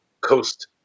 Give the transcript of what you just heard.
coast